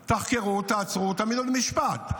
תחקרו, תעצרו, תעמידו למשפט.